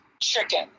Chicken